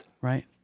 right